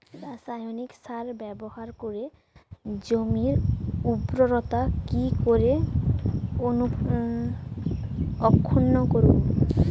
রাসায়নিক সার ব্যবহার করে জমির উর্বরতা কি করে অক্ষুণ্ন রাখবো